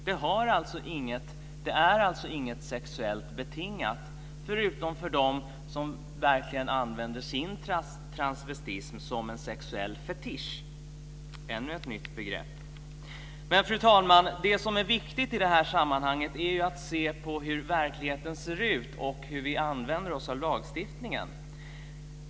Det är alltså inget sexuellt betingat förutom för dem som verkligen använder sin transvestism som en sexuell fetisch, ännu ett nytt begrepp. Men, fru talman, det som är viktigt i det här sammanhanget är ju att se hur verkligheten ser ut och hur vi använder oss av lagstiftningen.